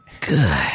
good